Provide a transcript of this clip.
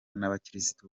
n’abakirisitu